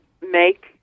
make